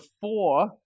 four